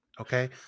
Okay